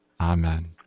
Amen